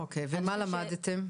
אוקיי ומה למדתם?